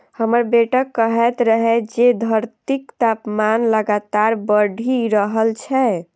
हमर बेटा कहैत रहै जे धरतीक तापमान लगातार बढ़ि रहल छै